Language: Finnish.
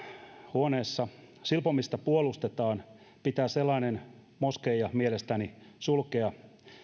huoneessa silpomista puolustetaan pitää sellainen moskeija mielestäni sulkea